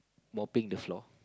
mopping the floor